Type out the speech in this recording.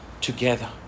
together